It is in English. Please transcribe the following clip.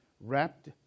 wrapped